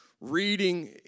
reading